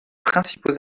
principaux